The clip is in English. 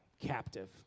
captive